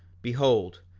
behold,